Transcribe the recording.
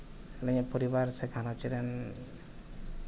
ᱟᱹᱞᱤᱧᱟᱜ ᱯᱚᱨᱤᱵᱟᱨ ᱥᱮ ᱜᱷᱟᱨᱚᱸᱡᱽ ᱨᱮ